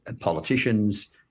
politicians